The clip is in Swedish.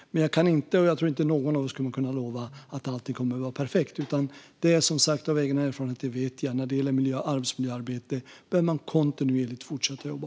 Jag tror däremot inte att någon av oss kan lova att allt kommer att vara perfekt, för av egen erfarenhet vet jag som sagt att när det gäller arbetsmiljöarbete behöver man kontinuerligt fortsätta att jobba.